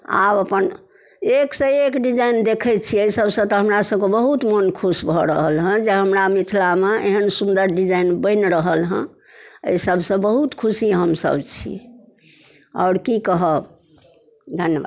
आब अपन एकसँ एक डिजाइन देखैत छियै सभसँ तऽ हमरासभकेँ बहुत मोन खुश भऽ रहल हेँ जे हमरा मिथिलामे एहन सुन्दर डिजाइन बनि रहल हेँ एहि सभसँ बहुत खुशी हमसभ छी आओर की कहब धन्यवाद